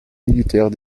militaire